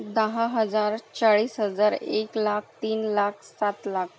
दहा हजार चाळीस हजार एक लाख तीन लाख सात लाख